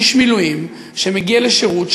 איש מילואים שמגיע לשירות,